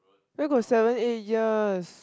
where got seven eight years